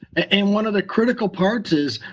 and one of the critical parts is,